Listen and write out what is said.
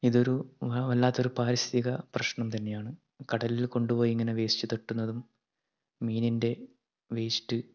ഇതൊരു വല്ലാത്തൊരു പാരിസ്ഥിതിക പ്രശ്നം തന്നെയാണ് കടലിൽ കൊണ്ട് പോയി ഇങ്ങനെ വേസ്റ്റ് തട്ടുന്നതും മീനിൻ്റെ വേസ്റ്റ്